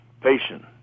patient